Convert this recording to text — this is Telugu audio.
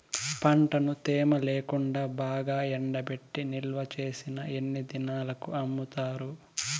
పంటను తేమ లేకుండా బాగా ఎండబెట్టి నిల్వచేసిన ఎన్ని దినాలకు అమ్ముతారు?